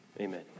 Amen